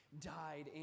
died